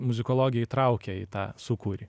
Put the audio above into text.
muzikologija įtraukė į tą sūkurį